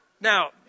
Now